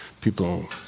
people